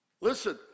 Listen